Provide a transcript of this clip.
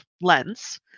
lens